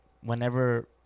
whenever